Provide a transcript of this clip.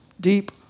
deep